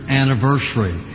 anniversary